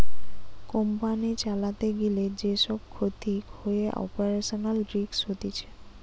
company চালাতে গিলে যে সব ক্ষতি হয়ে অপারেশনাল রিস্ক হতিছে